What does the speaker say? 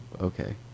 Okay